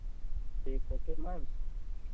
ठीक okay ma'am